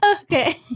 Okay